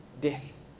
death